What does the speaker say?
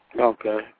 Okay